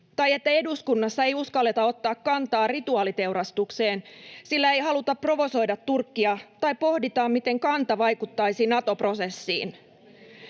tai että eduskunnassa ei uskalleta ottaa kantaa rituaaliteurastukseen, sillä ei haluta provosoida Turkkia, tai pohditaan, miten kanta vaikuttaisi Nato-prosessiin.